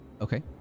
Okay